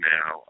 Now